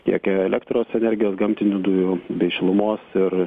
kiekio elektros energijos gamtinių dujų bei šilumos ir